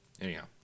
anyhow